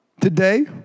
today